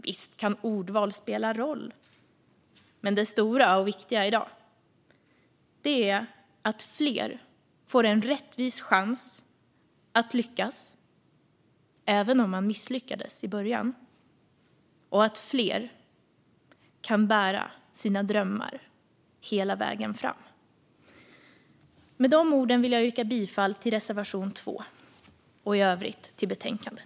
Visst kan ordval spela roll, men det stora och viktiga i dag är att fler får en rättvis chans att lyckas även om de misslyckades i början och att fler kan bära sina drömmar hela vägen fram. Med de orden yrkar jag bifall till reservation 2 och i övrigt till förslaget i betänkandet.